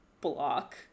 block